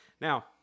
Now